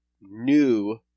new